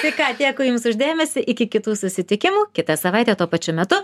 tai ką dėkui jums už dėmesį iki kitų susitikimų kitą savaitę tuo pačiu metu